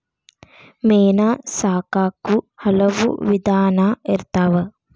ಮೇನಾ ಸಾಕಾಕು ಹಲವು ವಿಧಾನಾ ಇರ್ತಾವ